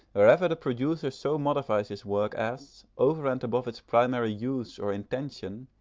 wherever the producer so modifies his work as, over and above its primary use or intention,